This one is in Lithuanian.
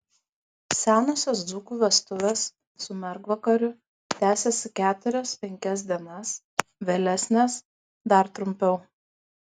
senosios dzūkų vestuvės su mergvakariu tęsėsi keturias penkias dienas vėlesnės dar trumpiau